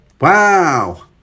Wow